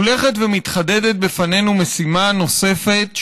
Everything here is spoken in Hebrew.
הולכת ומתחדדת בפנינו משימה נוספת,